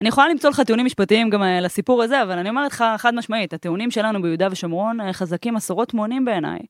אני יכולה למצוא לך טעונים משפטיים גם לסיפור הזה, אבל אני אומרת לך חד משמעית, הטעונים שלנו ביהודה ושומרון חזקים עשורות מונים בעיניי.